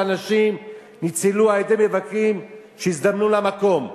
אנשים ניצלו על-ידי מבקרים שהזדמנו למקום.